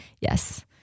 yes